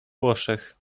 włoszech